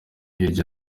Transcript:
hirya